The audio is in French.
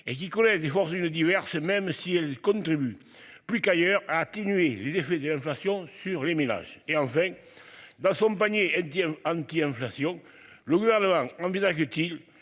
et qui connaissent des fortunes diverses. Même si elles contribuent plus qu'ailleurs à atténuer les DVD inflation sur les ménages et Anzin dans son panier devient anti-inflation. Le gouvernement envisage-t-il